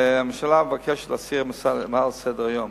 והממשלה מבקשת להסירה מעל סדר-היום.